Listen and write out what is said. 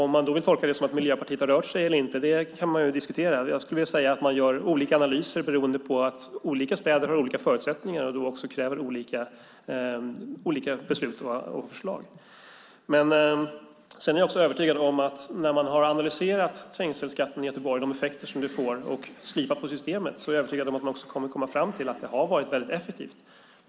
Om man vill tolka det som att Miljöpartiet har rört sig eller inte kan man diskutera. Jag skulle vilja säga att man gör olika analyser beroende på att olika städer har olika förutsättningar och kräver olika beslut och förslag. När effekterna av trängselskatten i Göteborg har analyserats och systemet har slipats är jag övertygad om att man också kommer att komma fram till att det har varit effektivt.